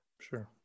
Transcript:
Sure